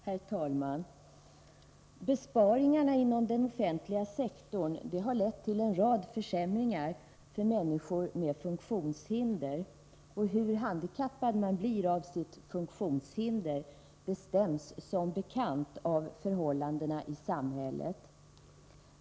Herr talman! Besparingarna inom den offentliga sektorn har lett till en rad försämringar för människor med funktionshinder. Hur handikappad man blir av sitt hinder bestäms som bekant av förhållandena i samhället.